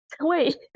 Wait